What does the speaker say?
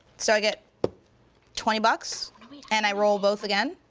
so i get twenty bucks and i roll both again,